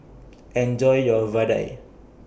Enjoy your Vadai